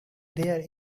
there